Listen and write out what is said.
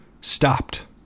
stopped